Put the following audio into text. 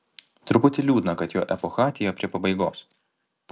truputį liūdna kad jo epocha atėjo prie pabaigos